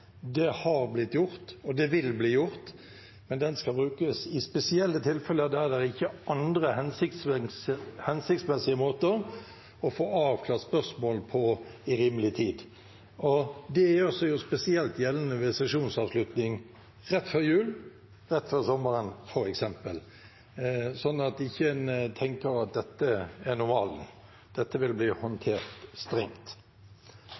Det har blitt gjort, og det vil bli gjort, men leddet skal brukes i spesielle tilfeller der det ikke er andre hensiktsmessige måter å få avklart spørsmål på i rimelig tid. Det gjør seg jo spesielt gjeldende ved f.eks. sesjonsavslutning rett før jul eller rett før sommeren. En må ikke tenke at dette er normalen; dette vil bli håndtert strengt.